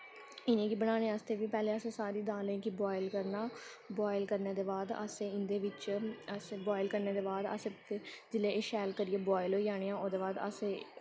इ'नेंगी बनाने आस्ते पैह्लें असें सारी दालें गी बोआएल करना बोआएल करने दे बाद असें एह्दे बिच बोआएल करने दे बाद असें जिसलै एह् शैल करियै बोआएल होई जानियां ओह्दे बाद असें